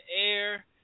air